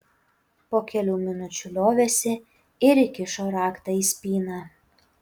po kelių minučių liovėsi ir įkišo raktą į spyną